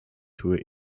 tue